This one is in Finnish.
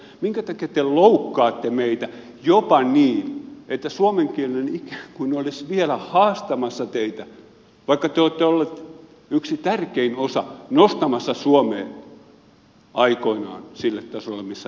minä takia te loukkaatte meitä jopa niin että suomenkielinen ikään kuin olisi vielä haastamassa teitä vaikka te olette olleet yksi tärkein osa nostamassa suomea aikoinaan sille tasolle missä mennään